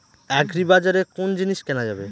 আগ্রিবাজারে কোন জিনিস কেনা যাবে?